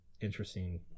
interesting